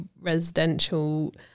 residential